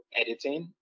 editing